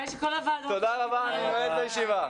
תודה רבה, אני נועל את הישיבה.